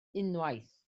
unwaith